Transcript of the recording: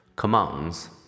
Commands